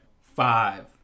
Five